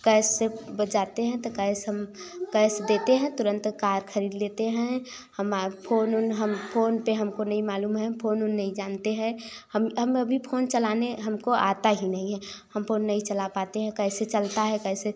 कैस से बस जाते हैं तो कैस हम कैस देते हैं तुरंत कार खरीद लेते हैं हमा फोन ओन हम फोन पर हमको नहीं मालूम है हम फोन ओन नहीं जानते है हम हम अभी फोन चलाने हमको आता ही नही है हम फोन नही चला पाते हैं कैसे चलता है कैसे